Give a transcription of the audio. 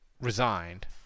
resigned